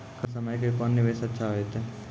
कम समय के कोंन निवेश अच्छा होइतै?